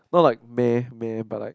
not like meh meh but like